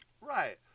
Right